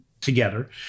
together